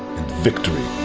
and victory.